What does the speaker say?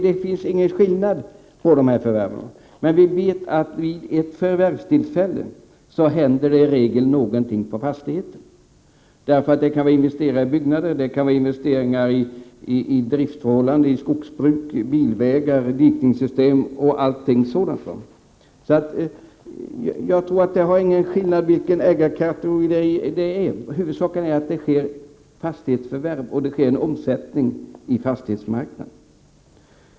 Det finns ingen skillnad mellan olika slag av förvärvare, men vi vet att vid ett förvärvstillfälle händer det i regel någonting på fastigheten. Det kan vara investeringar i byggnader, det kan vara investeringar i driftsförhållanden, i skogsbruk, bilvägar, dikningssystem och allting sådant. Jag tror inte att det är någon skillnad mellan ägarkategorierna. Huvudsaken är att det sker en omsättning på fastighetsmarknaden.